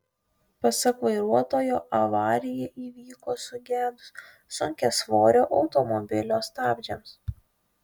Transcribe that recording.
pasak vairuotojo avarija įvyko sugedus sunkiasvorio automobilio stabdžiams